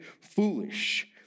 foolish